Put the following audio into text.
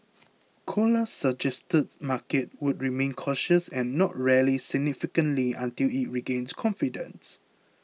colas suggested markets would remain cautious and not rally significantly until it regains confidence